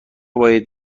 باید